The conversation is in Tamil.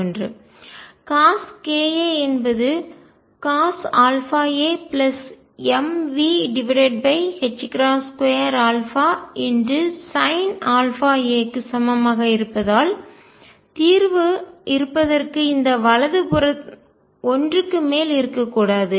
Coska என்பது CosαamV22α Sinαa க்கு சமமாக இருப்பதால் தீர்வு இருப்பதற்கு இந்த வலது புறம் ஒன்றுக்கு மேல் இருக்கக்கூடாது